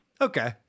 Okay